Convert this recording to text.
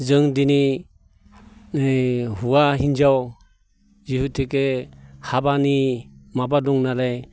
जों दिनै ओइ हौवा हिनजाव जिहेतुके हाबानि माबा दं नालाय